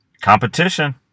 competition